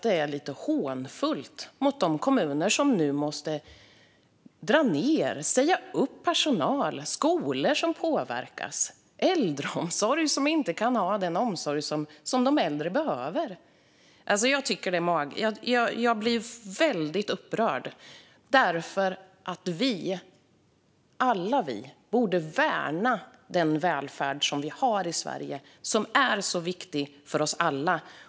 Det är lite hånfullt mot de kommuner som nu måste dra in, säga upp personal, som har skolor som påverkas, där äldreomsorgen inte kan ge den omsorg som äldre behöver. Jag blir upprörd - därför att vi alla borde värna den välfärd som finns i Sverige, som är så viktig för oss alla.